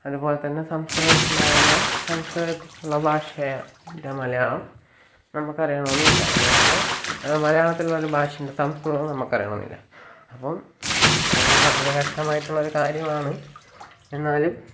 അതുപോലെ തന്നെ സംസ്കൃതത്തിലായിരുന്ന സംസ്കൃതത്തിലുള്ള ഭാഷ ൻ്റെ മലയാളം നമുക്ക് അറിയണമെന്നും എന്നില്ല അതുപോലെതന്നെ മലയാളത്തിലുള്ള ഭാഷയുടെ സംസ്കൃതവും നമുക്ക് അറിയണമെന്നില്ല അപ്പം അത് വളരെ കഷ്ടമായിട്ടുള്ള ഒരു കാര്യമാണ് എന്നാലും